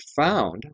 found